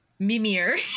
Mimir